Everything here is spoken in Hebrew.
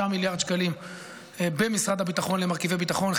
מיליארד שקלים במשרד הביטחון למרכיבי ביטחון,